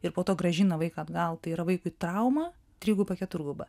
ir po to grąžina vaiką atgal tai yra vaikui trauma triguba keturguba